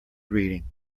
reading